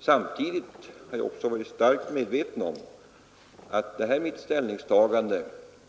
Samtidigt har jag också varit starkt medveten om att detta mitt ställningstagande